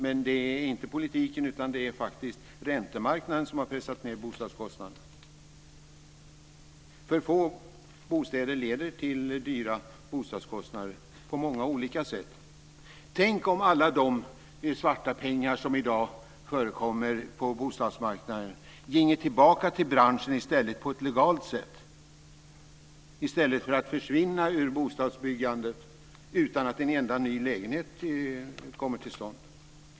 Men det är alltså inte politiken som har gjort detta, utan räntemarknaden. För få bostäder leder till höga bostadskostnader på många olika sätt. Tänk om alla de svarta pengar som i dag förekommer på bostadsmarknaden ginge tillbaka till branschen på ett legalt sätt i stället! Nu försvinner de i stället ur bostadsbyggandet, utan att en enda ny lägenhet kommer till stånd.